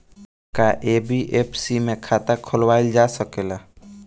का एन.बी.एफ.सी में खाता खोलवाईल जा सकेला?